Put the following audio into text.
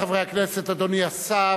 רבותי חברי הכנסת, אדוני השר,